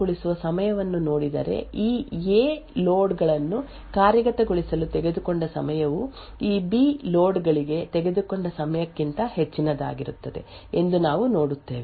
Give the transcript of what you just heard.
ಈಗ ನಾವು ಈ 2 ಸೆಟ್ ಲೋಡ್ ಗಳ ಕಾರ್ಯಗತಗೊಳಿಸುವ ಸಮಯವನ್ನು ನೋಡಿದರೆ ಈ ಎ ಲೋಡ್ ಗಳನ್ನು ಕಾರ್ಯಗತಗೊಳಿಸಲು ತೆಗೆದುಕೊಂಡ ಸಮಯವು ಈ ಬಿ ಲೋಡ್ ಗಳಿಗೆ ತೆಗೆದುಕೊಂಡ ಸಮಯಕ್ಕಿಂತ ಹೆಚ್ಚಿನದಾಗಿರುತ್ತದೆ ಎಂದು ನಾವು ನೋಡುತ್ತೇವೆ